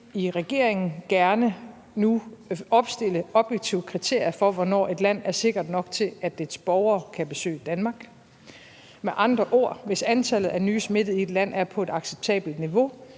i regeringen gerne nu opstille objektive kriterier for, hvornår et land er sikkert nok til, at dets borgere kan besøge Danmark. Med andre ord, hvis antallet af nye smittede i et land er på et acceptabelt niveau,